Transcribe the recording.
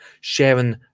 sharing